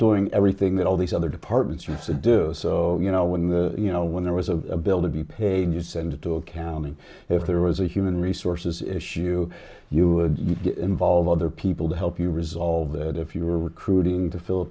doing everything that all these other departments us to do so you know when the you know when there was a bill to be paid you send it to accounting if there was a human resources issue you would involve other people to help you resolve that if you were recruiting to fill a